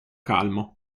calmo